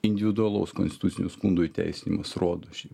individualaus konstitucinio skundo įteisinimas rodo šiai